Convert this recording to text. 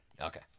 Okay